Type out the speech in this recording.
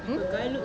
mm